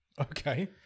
Okay